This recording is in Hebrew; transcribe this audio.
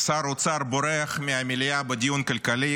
שר אוצר בורח מהמליאה בדיון כלכלי.